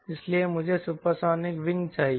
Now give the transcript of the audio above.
इसलिए मुझे supersonic wing चाहिए